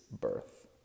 birth